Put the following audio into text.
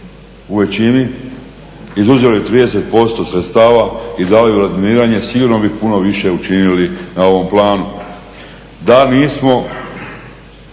u većini izuzeli 30% sredstava i da li u razminiranje, sigurno bi puno više učinili na ovom planu. Da nismo